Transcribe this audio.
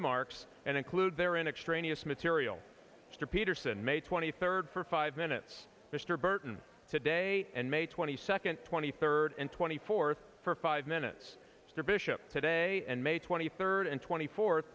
remarks and include their in extraneous material or peterson may twenty third for five minutes mr burton today and may twenty second twenty third and twenty fourth for five minutes after bishop today and may twenty third and twenty four